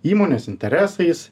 įmonės interesais